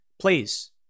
Please